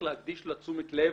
שצריך להקדיש לה תשומת לב.